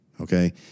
okay